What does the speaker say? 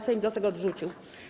Sejm wniosek odrzucił.